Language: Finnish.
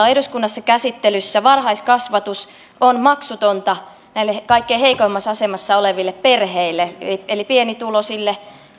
on eduskunnassa käsittelyssä varhaiskasvatus on maksutonta näille kaikkein heikoimmassa asemassa oleville perheille eli pienituloisille